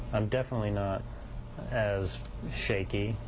i'm definitely not as shaky.